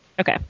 okay